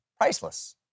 priceless